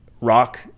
rock